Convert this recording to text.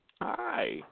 Hi